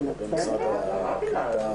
נוכל בוודאות לגלגל אותו לשנה הבאה.